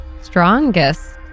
strongest